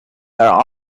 are